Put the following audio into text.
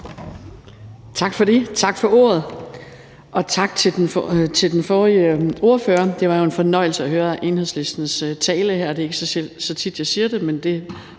Tak for det, tak for ordet, og tak til den forrige ordfører. Det var jo en fornøjelse at høre Enhedslistens tale her, og det er ikke så tit, jeg siger det, men det